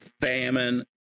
famine